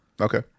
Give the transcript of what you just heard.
Okay